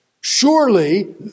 Surely